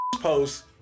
post